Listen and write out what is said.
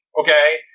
okay